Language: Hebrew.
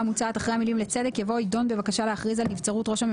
על כך שהוא בכלל חלק מצבר החקיקה וההליכים